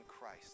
Christ